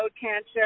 cancer